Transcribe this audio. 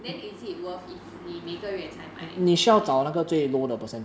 then is it worth if 你每个月才买一次